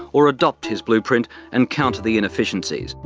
or adopt his blueprint and counter the inefficiencies.